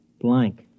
blank